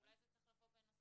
אולי זה צריך לבוא בנוסף.